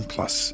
Plus